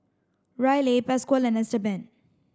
Ryleigh Pasquale and Esteban